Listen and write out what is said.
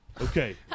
Okay